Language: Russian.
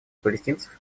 палестинцев